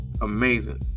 amazing